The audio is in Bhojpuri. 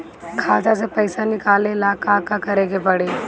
खाता से पैसा निकाले ला का का करे के पड़ी?